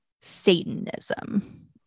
satanism